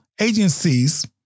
agencies